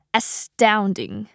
astounding